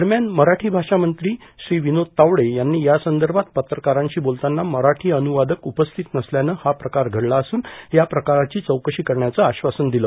दरम्यान मराठी भाषा मंत्री श्री विनोद तावडे यांनी यासंदर्भात पत्रकारांश्री बोलताना मराठी अनुवादक उपस्थित नसल्यानं हा प्रकार षडला असून या प्रकाराची चीकशी करण्याचं आश्वासन दिलं